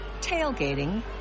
tailgating